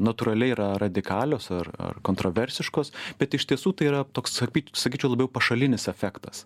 natūraliai yra radikalios ar ar kontraversiškos bet iš tiesų tai yra toks sakyčiau labiau pašalinis efektas